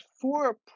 four